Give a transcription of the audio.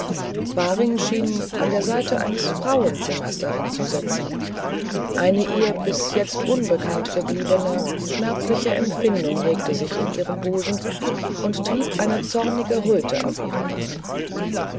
waring schien an der seite eines frauenzimmers darin zu sitzen eine ihr bis jetzt unbekannt gebliebene schmerzliche empfindung regte sich in ihrem busen und trieb eine zornige röte auf ihre wangen